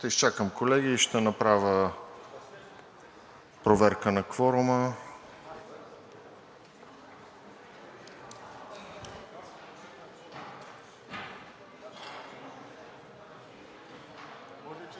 изчакам, колеги, и ще направя проверка на кворума.